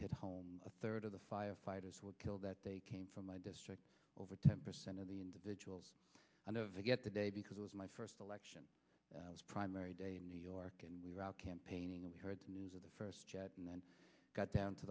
hit home a third of the firefighters were killed that they came from my district over ten percent of the individuals and of the get the day because it was my first election was primary day in new york and we were out campaigning and we heard news of the first jet and then got down to